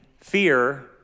fear